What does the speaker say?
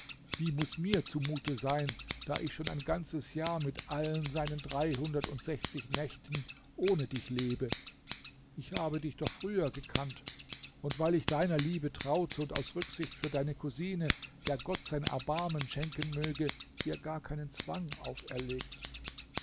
wie muß mir zumute sein da ich schon ein ganzes jahr mit allen seinen dreihundertundsechzig nächten ohne dich lebe ich habe dich doch früher gekannt und weil ich deiner liebe traute und aus rücksicht für deine cousine der gott sein erbarmen schenken möge dir gar keinen zwang auferlegt